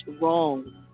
wrong